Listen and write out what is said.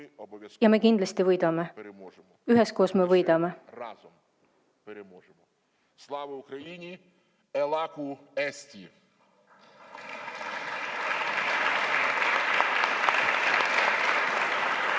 Ja me kindlasti võidame! Üheskoos me võidame! Slava Ukraini! Elagu Eesti!